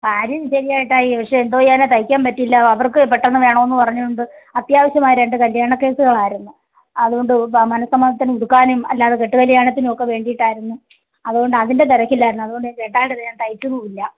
കാര്യം ശരിയാ ചേട്ടായി പക്ഷേ എന്തോ ചെയ്യാനാ തയ്ക്കാൻ പറ്റിയില്ല അവർക്ക് പെട്ടെന്ന് വേണം എന്ന് പറഞ്ഞതുകൊണ്ട് അത്യാവശ്യമായി രണ്ട് കല്യാണ കേസുകളായിരുന്നു അതുകൊണ്ട് മനസ്സമ്മദത്തിന് ഉടുക്കാനും അല്ലാതെ കെട്ട് കല്യാണത്തിനും ഒക്കെ വേണ്ടിയിട്ടായിരുന്നു അതുകൊണ്ട് അതിൻ്റെ തിരക്കിലായിരുന്നു അതുകൊണ്ട് ഞാൻ ചേട്ടായിയുടേത് ഞാൻ തായ്ച്ചതും ഇല്ല